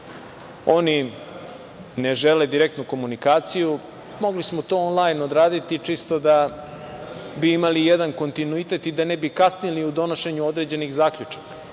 oni ne žele direktnu komunikaciju. Mogli smo to onlajn odraditi čisto da bi imali jedan kontinuitet i da ne bi kasnili u donošenje određenih zaključak,